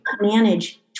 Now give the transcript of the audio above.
manage